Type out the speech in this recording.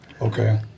Okay